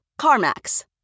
CarMax